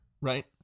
Right